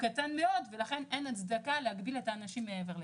קטן מאוד ולכן אין הצדקה להגביל את האנשים מעבר לכך.